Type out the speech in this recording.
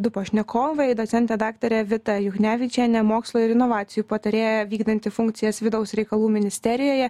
du pašnekovai docentė daktarė vita juknevičienė mokslo ir inovacijų patarėja vykdanti funkcijas vidaus reikalų ministerijoje